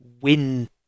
win